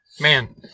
Man